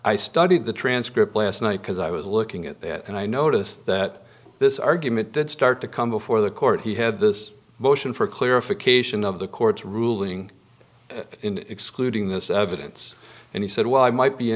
i studied the transcript last night because i was looking at that and i noticed that this argument did start to come before the court he had this motion for clarification of the court's ruling in excluding this evidence and he said well i might be